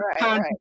right